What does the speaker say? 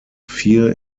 fear